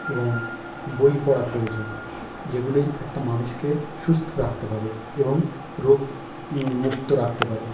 এবং বই পড়া প্রয়োজন যেগুলি একটা মানুষকে সুস্থ রাখতে পারে এবং রোগ মুক্ত রাখতে পারে